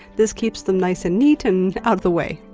this keeps them nice and neat, and out of the way.